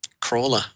crawler